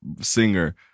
singer